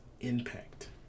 impact